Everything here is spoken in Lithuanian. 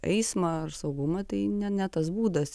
eismą ar saugumą tai ne ne tas būdas